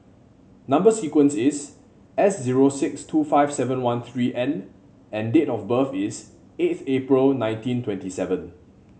number sequence is S zero six two five seven one three N and date of birth is eighth April nineteen twenty seven